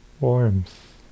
warmth